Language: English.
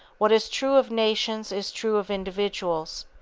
what is true of nations is true of individuals.